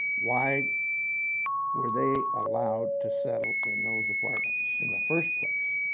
why were they allowed to settle in those apartments in the first place?